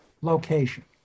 location